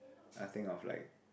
I will think of like